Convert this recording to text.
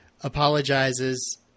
apologizes